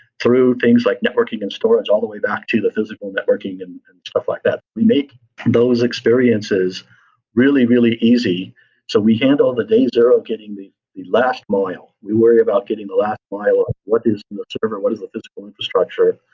through things like networking and storage, all the way back to the physical networking and and stuff like that we make those experiences really, really easy so we handle the day zero getting the the last mile. we worry about getting the last mile of what is on the server, what is the physical infrastructure.